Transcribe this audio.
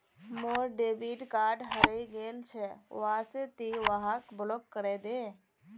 मोर debit card हरइ गेल छ वा से ति वहाक ब्लॉक करे दे